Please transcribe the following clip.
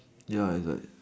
ya it's like